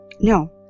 No